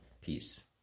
Peace